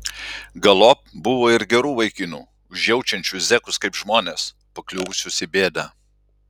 galop buvo ir gerų vaikinų užjaučiančių zekus kaip žmones pakliuvusius į bėdą